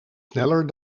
sneller